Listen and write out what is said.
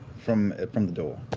from from the door.